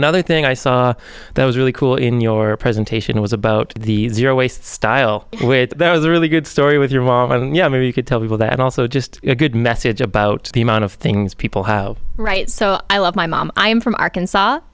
another thing i saw that was really cool in your presentation was about the zero waste style where there was a really good story with your mom and you know you could tell people that also just a good message about the amount of things people have right so i love my mom i'm from arkansas